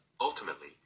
Ultimately